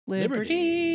Liberty